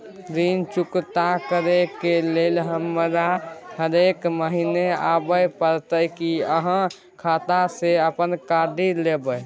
ऋण चुकता करै के लेल हमरा हरेक महीने आबै परतै कि आहाँ खाता स अपने काटि लेबै?